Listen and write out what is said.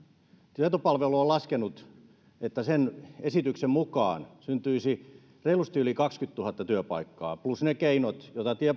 tietopalvelu on laskenut että sen esityksen mukaan syntyisi reilusti yli kaksikymmentätuhatta työpaikkaa plus ne keinot joita